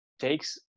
takes